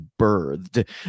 birthed